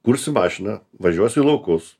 kursi mašiną važiuosi į laukus